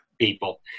people